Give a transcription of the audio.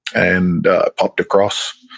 and popped across,